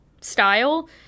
style